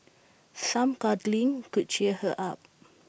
some cuddling could cheer her up